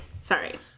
Sorry